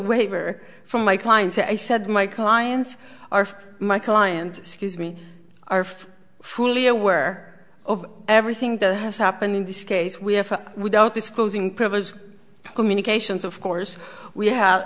waiver from my client i said my clients are my client scuse me are fully aware of everything that has happened in this case we have we don't disclosing privileged communications of course we have